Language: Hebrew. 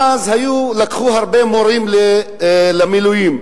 לקחו הרבה מורים למילואים,